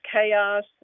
chaos